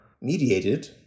mediated